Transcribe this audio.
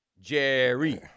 Jerry